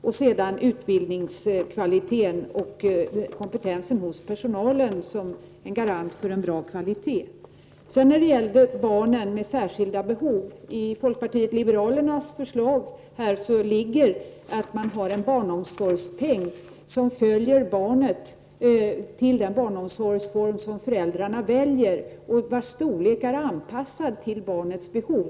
Vidare nämnde jag utbildningskvaliteten och kompetensen hos personalen som en garant för en bra kvalitet. Sedan till barn med särskilda behov: I folkpartiet liberalernas förslag ligger att man har en barnomsorgspeng som följer barnet till den barnomsorgsform föräldrarna väljer och vars storlek är anpassad till barnets behov.